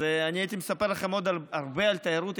אז הייתי מספר לכם עוד הרבה על תיירות,